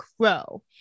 crow